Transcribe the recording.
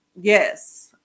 yes